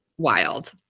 wild